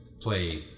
play